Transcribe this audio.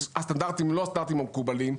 שהסטנדרטים הם לא הסטנדרטים המקובלים.